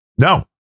No